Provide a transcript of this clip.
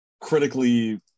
critically